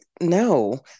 no